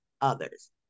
others